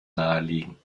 nahelegen